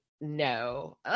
no